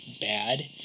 bad